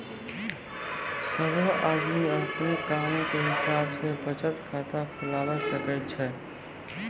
सभ्भे आदमी अपनो कामो के हिसाब से बचत खाता खुलबाबै सकै छै